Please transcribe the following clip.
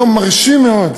יום מרשים מאוד.